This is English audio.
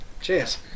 Cheers